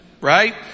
Right